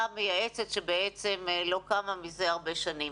המייעצת שבעצם לא קמה מזה הרבה שנים.